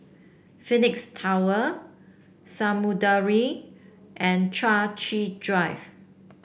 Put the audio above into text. Phoenix Tower Samudera and Chai Chee Drive